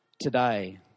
Today